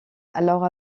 alors